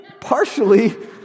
partially